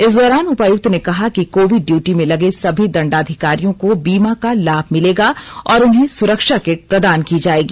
इस दौरान उपायुक्त ने कहा कि कोविड ड्यूटी में लगे सभी दंडाधिकारियों को बीमा का लाभ मिलेगा और उन्हें सुरक्षा किट प्रदान की जाएगी